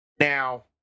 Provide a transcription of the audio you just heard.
Now